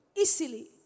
easily